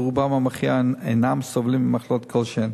ורובם המכריע אינם סובלים ממחלות כלשהן.